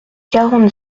quarante